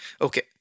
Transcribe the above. Okay